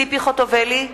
ציפי חוטובלי,